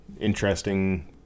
interesting